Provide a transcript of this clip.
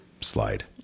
slide